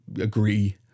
agree